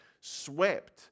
swept